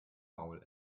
maul